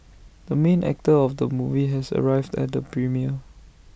the main actor of the movie has arrived at the premiere